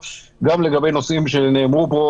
לא בעולם, מישהו שפרסם בדיוק מה שיעור ההדבקה.